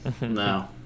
No